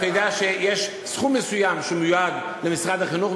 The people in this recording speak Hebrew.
ואתה יודע שיש סכום מסוים שמיועד למשרד החינוך.